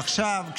עכשיו,